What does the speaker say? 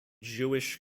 jewish